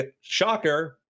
shocker